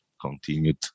continued